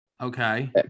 Okay